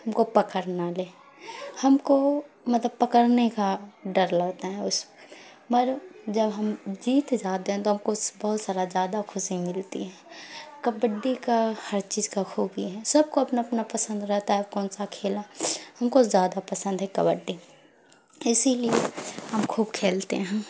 ہم کو پکڑ نہ لے ہم کو مطلب پکڑنے کا ڈر لگتا ہے اس پر مر جب ہم جیت جاتے ہیں تو ہم کو بہت سارا زیادہ خوشی ملتی ہے کبڈی کا ہر چیز کا خوبی ہے سب کو اپنا اپنا پسند رہتا ہے کون سا کھیلا ہم کو زیادہ پسند ہے کبڈی اسی لیے ہم خوب کھیلتے ہیں